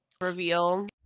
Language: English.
reveal